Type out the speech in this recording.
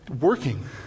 working